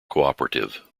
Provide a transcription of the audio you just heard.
cooperative